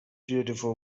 beautiful